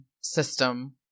system